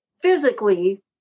physically